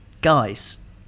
Guys